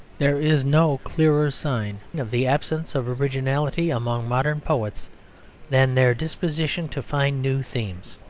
there is no clearer sign of the absence of originality among modern poets than their disposition to find new themes.